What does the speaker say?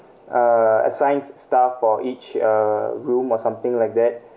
uh assigned staff for each uh room or something like that